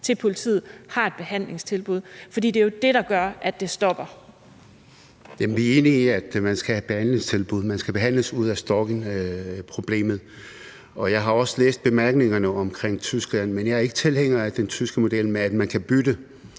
til politiet har et behandlingstilbud, for det er jo det, der gør, at det stopper. Kl. 11:10 Naser Khader (KF): Vi er enige i, at man skal have et behandlingstilbud. Man skal behandles ud af stalkingproblemet. Og jeg har også læst bemærkningerne om Tyskland, men jeg er ikke tilhænger af den tyske model, hvor man kan bytte